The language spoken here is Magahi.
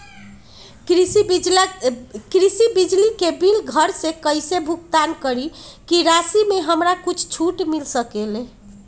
कृषि बिजली के बिल घर से कईसे भुगतान करी की राशि मे हमरा कुछ छूट मिल सकेले?